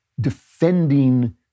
defending